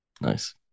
Nice